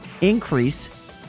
increase